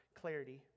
clarity